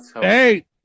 hey